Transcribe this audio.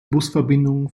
busverbindungen